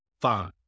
fine